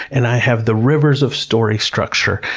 and i have the rivers of story structure,